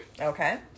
Okay